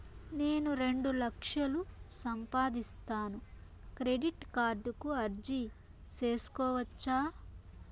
నేను రెండు లక్షలు సంపాదిస్తాను, క్రెడిట్ కార్డుకు అర్జీ సేసుకోవచ్చా?